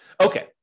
Okay